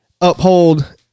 uphold